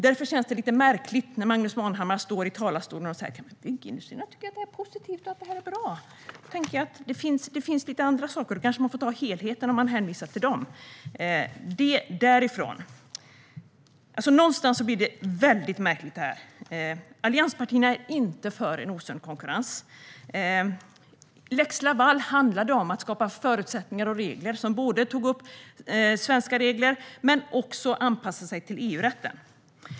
Därför känns det lite märkligt när Magnus Manhammar står i talarstolen och säger att Sveriges Byggindustrier tycker att det här är positivt, att det här är bra. Jag tänker att man kanske ska ta med lite andra saker, helheten, om man hänvisar till dem. Det här blir väldigt märkligt. Allianspartierna är inte för osund konkurrens. Lex Laval handlar om att skapa förutsättningar och regler som tar upp svenska regler men som också anpassar sig till EU-rätten.